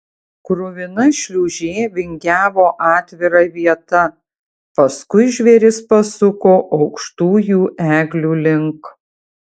kruvina šliūžė vingiavo atvira vieta paskui žvėris pasuko aukštųjų eglių link